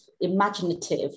imaginative